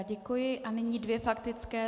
Děkuji a nyní dvě faktické.